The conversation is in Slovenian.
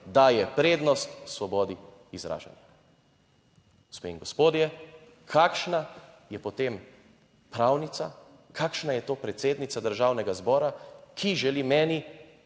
daje prednost svobodi izražanja. Gospe in gospodje, kakšna je potem pravnica, kakšna je to predsednica Državnega zbora, ki želi meni